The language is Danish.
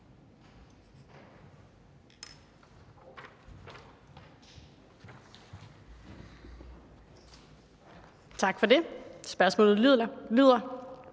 Tak for det. Spørgsmålet lyder: